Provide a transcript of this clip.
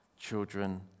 children